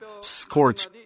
scorch